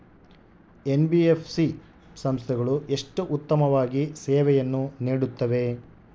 NBFC ಸಂಸ್ಥೆಗಳು ಎಷ್ಟು ಉತ್ತಮವಾಗಿ ಸೇವೆಯನ್ನು ನೇಡುತ್ತವೆ?